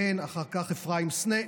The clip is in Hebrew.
כן, ואחר כך אפרים סנה,